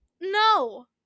no